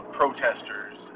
protesters